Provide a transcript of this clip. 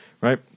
right